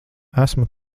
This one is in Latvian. esmu